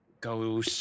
go